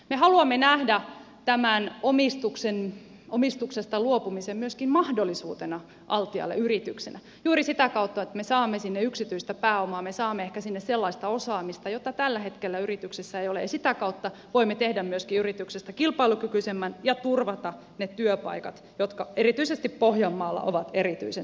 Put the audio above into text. me haluamme nähdä tämän omistuksesta luopumisen myöskin mahdollisuutena altialle yrityksenä juuri sitä kautta että me saamme sinne yksityistä pääomaa me saamme sinne ehkä sellaista osaamista jota tällä hetkellä yrityksessä ei ole ja sitä kautta voimme myöskin tehdä yrityksestä kilpailukykyisemmän ja turvata ne työpaikat jotka erityisesti pohjanmaalla ovat erityisen tärkeät